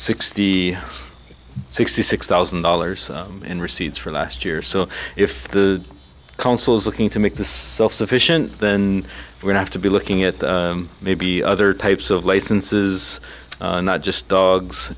sixty sixty six thousand dollars in receipts for last year so if the council's looking to make this self sufficient then we have to be looking at maybe other types of licenses not just dogs